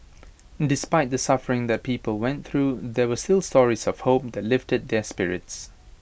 despite the suffering the people went through there were still stories of hope that lifted their spirits